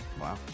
Wow